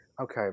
okay